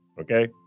okay